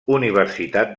universitat